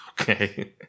okay